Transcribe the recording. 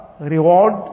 reward